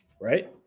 Right